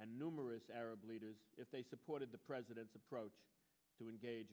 and numerous arab leaders if they supported the president's approach to engage